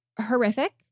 horrific